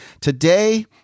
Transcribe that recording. Today